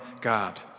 God